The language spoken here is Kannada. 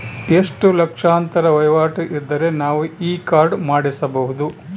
ಎಷ್ಟು ಲಕ್ಷಾಂತರ ವಹಿವಾಟು ಇದ್ದರೆ ನಾವು ಈ ಕಾರ್ಡ್ ಮಾಡಿಸಬಹುದು?